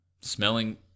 smelling